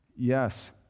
Yes